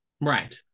Right